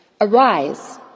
Arise